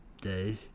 day